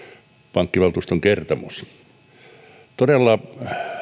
pankkivaltuuston kertomus todella